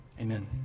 Amen